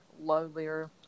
lowlier